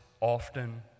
often